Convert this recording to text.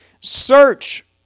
search